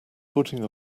putting